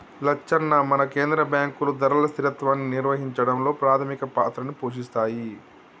లచ్చన్న మన కేంద్ర బాంకులు ధరల స్థిరత్వాన్ని నిర్వహించడంలో పాధమిక పాత్రని పోషిస్తాయి